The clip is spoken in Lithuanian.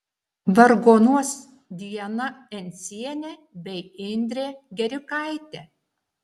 vargonuos diana encienė bei indrė gerikaitė